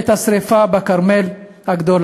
בעת השרפה הגדולה